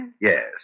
Yes